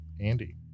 Andy